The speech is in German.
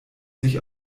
sich